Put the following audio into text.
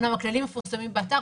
אמנם הכללים מפורסמים באתר.